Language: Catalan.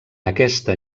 aquesta